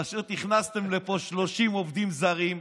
פשוט הכנסתם לפה 30 עובדים זרים,